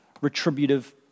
retributive